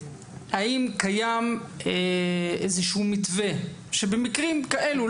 האם קיים איזשהו מתווה שבמקרים כאלה,